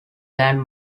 than